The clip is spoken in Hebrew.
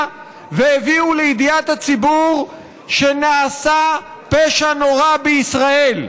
והביאו לידיעת הציבור שנעשה פשע נורא בישראל,